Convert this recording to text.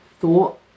thought